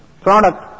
product